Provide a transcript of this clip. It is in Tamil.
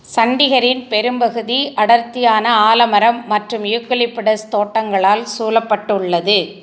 சண்டிகரின் பெரும்பகுதி அடர்த்தியான ஆலமரம் மற்றும் யூக்கலிப்பிடஸ் தோட்டங்களால் சூழப்பட்டுள்ளது